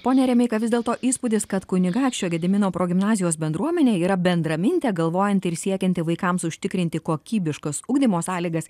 pone remeika vis dėlto įspūdis kad kunigaikščio gedimino progimnazijos bendruomenė yra bendramintė galvojanti ir siekianti vaikams užtikrinti kokybiškas ugdymo sąlygas